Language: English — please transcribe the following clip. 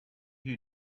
who